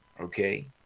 Okay